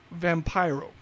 Vampiro